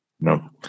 No